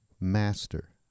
master